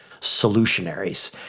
solutionaries